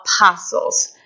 Apostles